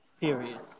Period